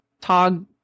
Tog